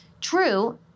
true